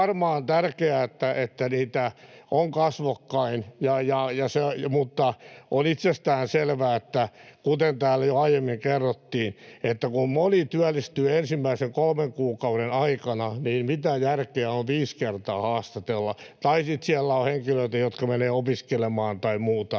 varmaan tärkeää, että niitä on kasvokkain, mutta on itsestään selvää, että, kuten täällä jo aiemmin kerrottiin, kun moni työllistyy ensimmäisen kolmen kuukauden aikana, niin mitä järkeä on viisi kertaa haastatella? Tai sitten siellä on henkilöitä, jotka menevät opiskelemaan tai muuta.